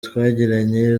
twagiranye